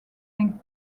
and